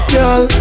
Girl